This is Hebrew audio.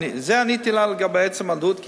זה עניתי לה לגבי עצם העלות,